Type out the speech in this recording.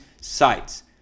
sites